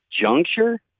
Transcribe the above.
juncture